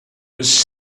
was